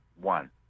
one